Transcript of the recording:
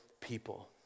people